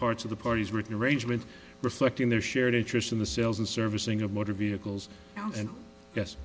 parts of the parties written arrangement reflecting their shared interest in the sales and servicing of motor vehicles and